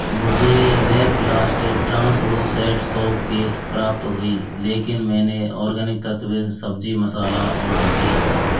मुझे लैपलास्ट translucent soap case प्राप्त हुई लेकिन मैंने ऑर्गेनिक तत्त्व सब्ज़ी मसाला ऑर्डर किया था